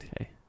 okay